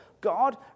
God